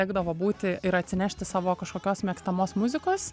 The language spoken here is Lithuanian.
tekdavo būti ir atsinešti savo kažkokios mėgstamos muzikos